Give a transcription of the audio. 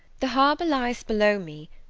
the harbour lies below me,